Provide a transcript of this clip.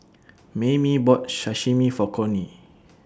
Maymie bought Sashimi For Cornie